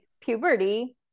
puberty